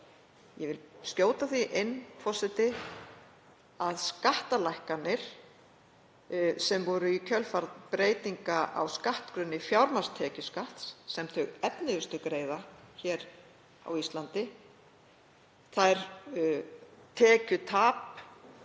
Ég vil skjóta því inn, forseti, að skattalækkanir sem urðu í kjölfar breytinga á skattgrunni fjármagnstekjuskatts sem þau efnuðustu greiða hér á Íslandi, það tekjutap